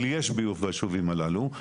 אבל יש ביוב בישובים הללו.